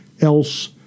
else